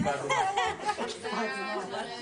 אני קובעת שההצעה עברה.